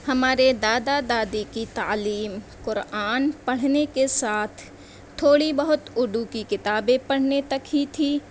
ہمارے دادا دادی کی تعلیم قرآن پڑھنے کے ساتھ تھوڑی بہت اردو کی کتابیں پڑھنے تک ہی تھی